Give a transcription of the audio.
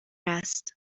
است